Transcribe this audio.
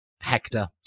Hector